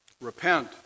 Repent